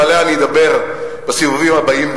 ועליה אני אדבר בסיבובים הבאים,